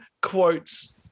quotes